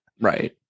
Right